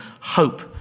hope